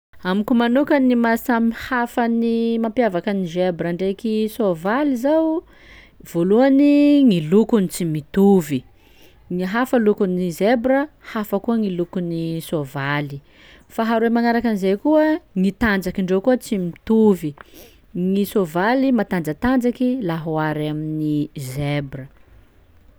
Amiko manoka ny mahasamy hafa ny mampiavaka ny zebra ndraiky soavaly zao: voalohany, gny lokony tsy mitovy, gny hafa lokon'ny zebra, hafa koa gny lokon'ny soavaly; faharoe magnaraka an'izay koa ny tanjakindreo koa tsy mitovy gny soavaly matanjatanjaky laha ohary amin'ny zebra.